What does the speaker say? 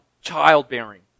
childbearing